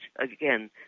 Again